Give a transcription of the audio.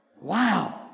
Wow